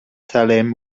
salem